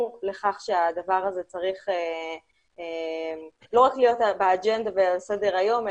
לכך שהדבר הזה צריך לא רק להיות באג'נדה ועל סדר היום,